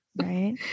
Right